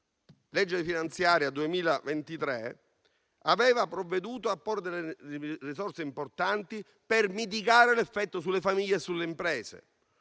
finanziaria per il 2023, aveva provveduto a porre risorse importanti, per mitigare l'effetto sulle famiglie e sulle imprese,